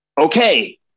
Okay